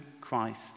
Christ